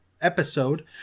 episode